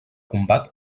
combat